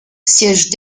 siègent